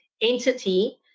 entity